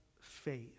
faith